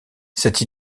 cette